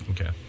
Okay